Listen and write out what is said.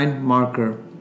marker